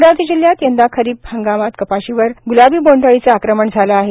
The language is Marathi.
अमरावती जिल्ह्यात यंदा खरीप हंगामात कपाशीवर ग्लाबी बोंड अळीचे आक्रमण झाले आहे